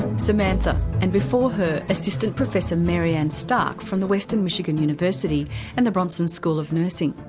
samantha, and before her assistant professor mary ann stark from the western michigan university and the bronson school of nursing.